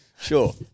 Sure